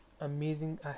amazing